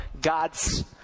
god's